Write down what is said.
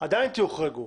עדיין תוחרגו,